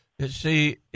See